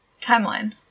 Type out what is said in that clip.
timeline